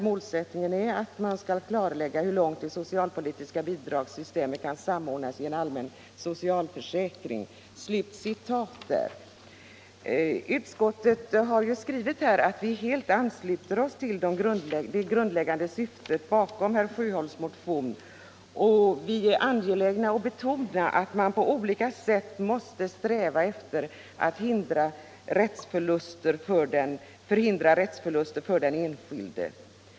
Målsättningen för översynen skall vara att klarlägga hur långt det socialpolitiska bidragssystemet kan samordnas i en allmän socialförsäkring.” Utskottet har skrivit att det helt ansluter sig till det grundläggande syftet bakom herr Sjöholms motion. Vi är angelägna att betona att man på olika sätt måste sträva efter att förhindra rättsförluster för enskilda.